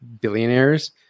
billionaires